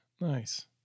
Nice